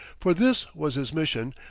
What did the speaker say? for this was his mission,